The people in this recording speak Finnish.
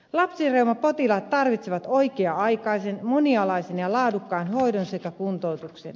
lapsireumapotilaat tarvitsevat oikea aikaisen monialaisen ja laadukkaan hoidon sekä kuntoutuksen